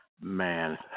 Man